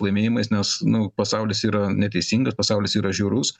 laimėjimais nes nu pasaulis yra neteisingas pasaulis yra žiaurus